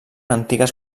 antigues